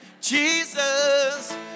Jesus